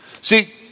See